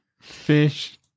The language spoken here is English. fish